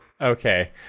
Okay